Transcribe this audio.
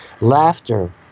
Laughter